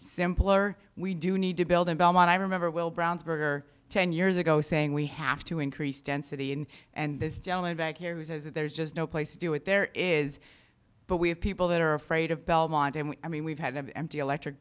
simpler we do need to build in belmont i remember well brownsburg or ten years ago saying we have to increase density in and this gentleman back here who says that there's just no place to do it there is but we have people that are afraid of belmont and i mean we've had empty electric